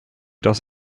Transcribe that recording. das